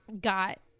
got